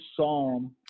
psalm